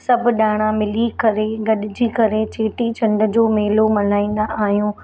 सभु ॼणा मिली करे गॾिजी करे चेटी चंड जो मेलो मल्हाईंदा आहियूं